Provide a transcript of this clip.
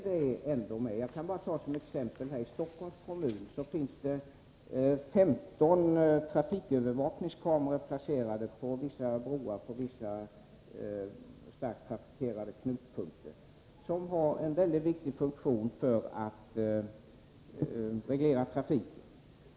Jag kan som exempel nämna att det i Stockholms kommun finns 15 trafikövervakningskameror placerade på vissa broar och vid vissa starkt trafikerade knutpunkter. Dessa kameror har en mycket viktig funktion när det gäller att reglera trafiken.